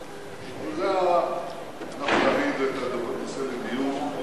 אנחנו נביא את זה כנושא לדיון,